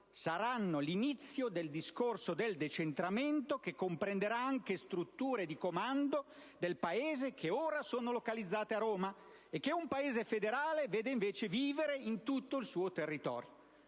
Saranno l'inizio del discorso del decentramento che comprenderà anche strutture di comando del Paese che ora sono localizzate a Roma e che un Paese federale vede invece vivere in tutto il suo territorio».